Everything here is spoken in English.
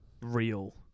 real